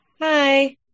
Hi